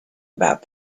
about